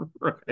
right